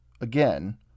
again